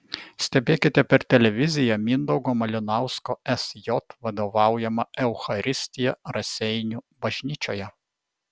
stebėkite per televiziją mindaugo malinausko sj vadovaujamą eucharistiją raseinių bažnyčioje